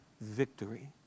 victory